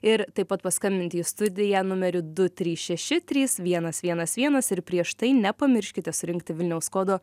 ir taip pat paskambinti į studiją numeriu du trys šeši trys vienas vienas vienas ir prieš tai nepamirškite surinkti vilniaus kodo